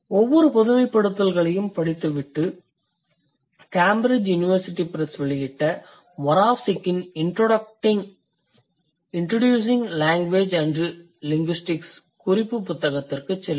ஒவ்வொரு பொதுமைப்படுத்தல்களையும் படித்துவிட்டு கேம்பிரிட்ஜ் யுனிவர்சிட்டி பிரஸ் வெளியிட்ட மொராவ்சிக்கின் Introducing Language and Linguistics குறிப்புப் புத்தகத்திற்குச் செல்லுங்கள்